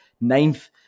ninth